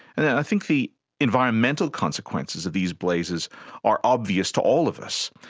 i think the environmental consequences of these blazes are obvious to all of us.